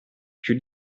più